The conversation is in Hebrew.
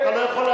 אתה לא יכול,